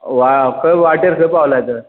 वा खंय वाटेर खंय पावला तर